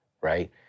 right